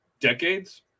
decades